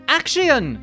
action